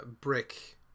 brick